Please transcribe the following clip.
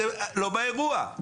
אתם לא באירוע.